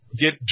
get